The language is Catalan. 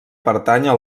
pertànyer